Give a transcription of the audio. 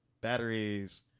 batteries